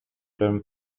term